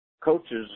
coaches